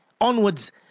onwards